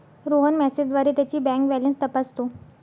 रोहन मेसेजद्वारे त्याची bank balance तपासतो